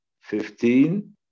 fifteen